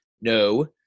no